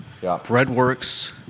Breadworks